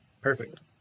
Perfect